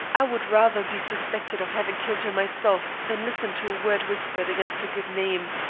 i would rather be suspected of having killed her myself than listen to a word whispered against her good name.